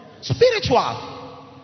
spiritual